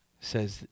says